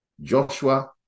Joshua